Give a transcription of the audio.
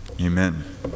amen